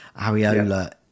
Ariola